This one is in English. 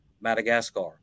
Madagascar